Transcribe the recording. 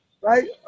right